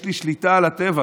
יש לי שליטה על הטבע,